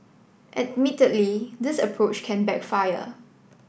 admittedly this approach can backfire